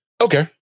Okay